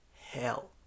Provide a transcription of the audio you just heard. hell